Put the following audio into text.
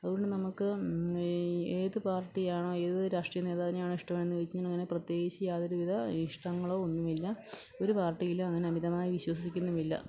അതുകൊണ്ട് നമുക്ക് ഈ ഏതു പാർട്ടിയാണ് ഏതു രാഷ്ട്രീയ നേതാവിനെയാണ് ഇഷ്ടമെന്നു ചോദിച്ചാൽ അങ്ങനെ പ്രത്യേകിച്ച് യാതൊരുവിധ ഇഷ്ടങ്ങളോ ഒന്നും ഇല്ല ഒരു പാർട്ടിയിലും അങ്ങനെ അമിതമായി വിശ്വസിക്കുന്നും ഇല്ല